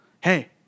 Hey